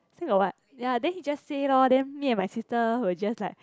still got what ya then he just say lor then me and my sister will just like